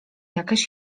jakaś